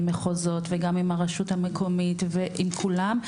מחוזות וגם עם הרשות המקומית ועם כולם.